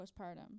postpartum